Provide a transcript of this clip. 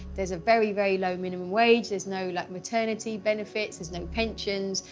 there's a very, very low minimum wage, there's no, like, maternity benefits, there's no pensions,